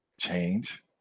change